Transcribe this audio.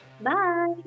Bye